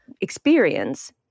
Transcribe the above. experience